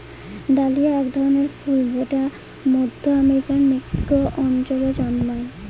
dahlia এক ধরনের ফুল যেটা মধ্য আমেরিকার মেক্সিকো অঞ্চলে জন্মায়